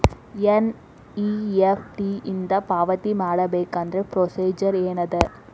NEFT ಇಂದ ಪಾವತಿ ಮಾಡಬೇಕಂದ್ರ ಪ್ರೊಸೇಜರ್ ಏನದ